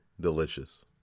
delicious